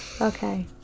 okay